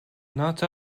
nāc